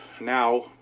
now